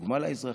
דוגמה לאזרחים.